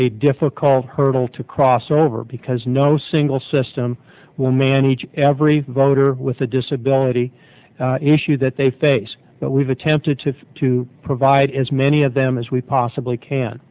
a difficult hurdle to cross over because no single system will manage every voter with a disability issue that they face but we've attempted to to provide as many of them as we possibly can